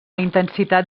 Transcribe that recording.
intensitat